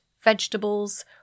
vegetables